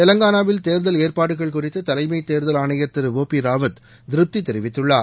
தெலங்காளாவில் தேர்தல் ஏற்பாடுகள் குறித்து தலைமைத் தேர்தல் ஆணையர் திரு ஓ பி ராவத் திருப்தி தெரிவித்துள்ளார்